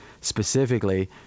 specifically